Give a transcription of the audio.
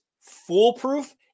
foolproof